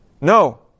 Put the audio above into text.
No